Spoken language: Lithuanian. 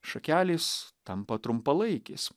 šakelės tampa trumpalaikės